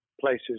places